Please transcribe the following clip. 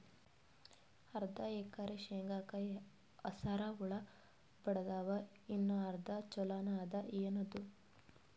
ಅರ್ಧ ಎಕರಿ ಶೇಂಗಾಕ ಹಸರ ಹುಳ ಬಡದಾವ, ಇನ್ನಾ ಅರ್ಧ ಛೊಲೋನೆ ಅದ, ಏನದು?